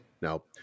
Now